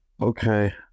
Okay